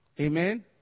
Amen